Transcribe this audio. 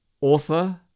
author